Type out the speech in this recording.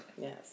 Yes